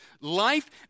life